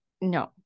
no